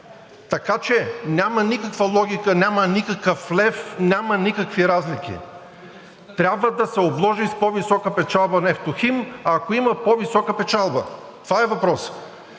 Така че няма никаква логика, няма никакъв лев, няма никакви разлики. Трябва да се обложи с по-висока печалба „Нефтохим“, ако има по-висока печалба. Това е въпросът.